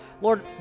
Lord